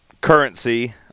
currency